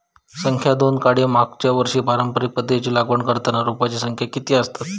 संख्या दोन काडी मागचो वर्षी पारंपरिक पध्दतीत लागवड करताना रोपांची संख्या किती आसतत?